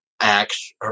acts